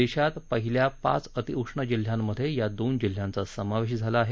देशात पहिल्या पाच अतिउष्ण जिल्ह्यांमधे या दोन जिल्ह्यांचा समावेश झाला आहे